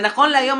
ונכון להיום,